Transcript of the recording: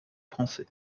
français